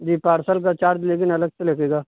جی parcel کا charge لیکن الگ سے لگے گا